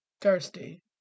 thirsty